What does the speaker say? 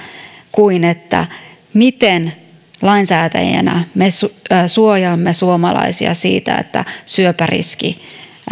kuin siitä miten lainsäätäjinä me suojaamme suomalaisia siltä että syöpäriski